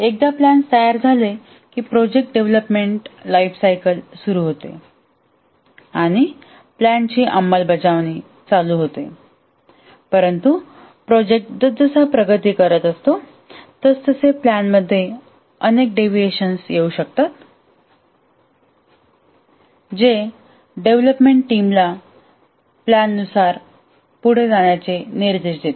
एकदा प्लॅन्स तयार झाले की प्रोजेक्ट डेव्हलपमेंट लाइफसायकल सुरू होते आणि प्लॅनची अंमलबजावणी चालू होते परंतु प्रोजेक्ट जसजसा प्रगती करीत आहे तसतसे प्लॅन मध्ये अनेक डेव्हिएशन्स होऊ शकतात जे डेव्हलपमेंट टीमला प्लॅन नुसार पुढे जाण्याचे निर्देश देते